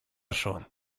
schon